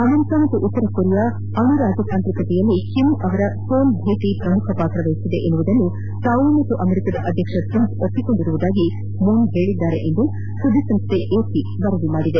America ಮತ್ತು ಉತ್ತರ Korea ಅಣು ರಾಜತಾಂತ್ರಿಕತೆಯಲ್ಲಿ ಕಿಮ್ ಅವರ ಸೋಲ್ ಪ್ರವಾಸ ಬಹಳ ಪ್ರಮುಖ ಪಾತ್ರ ಹೊಂದಿದೆ ಎಂಬುದನ್ನು ತಾವು ಮತ್ತು ಅಮೆರಿಕ ಅಧ್ಯಕ್ಷ ಟ್ರಂಪ್ ಒಪ್ಪಿಕೊಂಡಿರುವುದಾಗಿ ಮೂನ್ ಹೇಳಿದ್ದಾರೆಂದು ಸುದ್ದಿಸಂಸ್ಥೆ ಎಪಿ ವರದಿ ಮಾಡಿದೆ